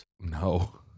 No